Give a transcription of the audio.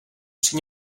při